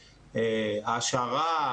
העשרה,